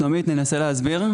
שלומית, ננסה להסביר?